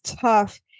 tough